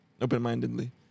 open-mindedly